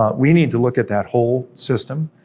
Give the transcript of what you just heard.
ah we need to look at that whole system,